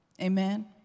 amen